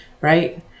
right